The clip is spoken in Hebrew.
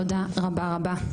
תודה רבה רבה.